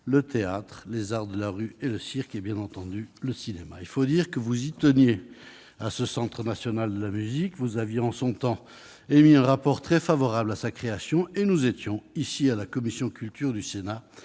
le théâtre, les arts de la rue et le cirque et, bien entendu, le cinéma. Il faut dire que vous y teniez, à ce Centre national de la musique ! Vous aviez autrefois émis un rapport très favorable à sa création. À la commission de la culture du Sénat,